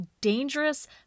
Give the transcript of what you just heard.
dangerous